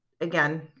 again